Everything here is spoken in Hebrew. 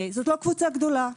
זו לא קבוצה גדולה.